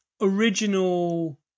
original